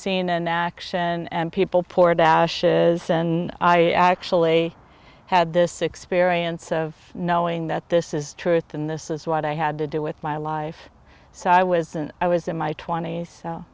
seen an action and people poured out in i actually had this experience of knowing that this is truth and this is what i had to do with my life so i wasn't i was in my twenty's so